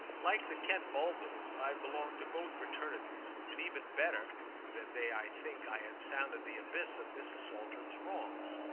like the kent mulvilles i belonged to both fraternities, and even better than they i think i had sounded the abyss of mrs. saltram's wrongs.